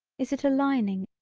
is it a lining,